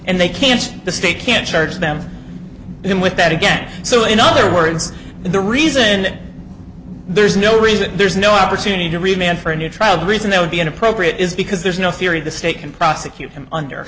and they can't the state can't charge them him with that again so in other words the reason there's no reason there's no opportunity to remain for a new trial the reason they would be inappropriate is because there's no theory of the state can prosecute him under